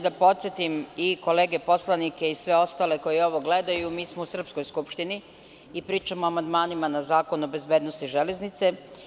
Da podsetim i kolege poslanike i sve ostale koji ovo gledaju, mi smo u srpskoj Skupštini i pričamo o amandmanima na Zakon o bezbednosti železnice.